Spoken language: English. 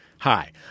Hi